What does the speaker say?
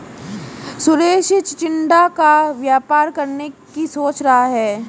सुरेश चिचिण्डा का व्यापार करने की सोच रहा है